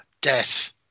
death